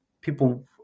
People